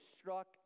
struck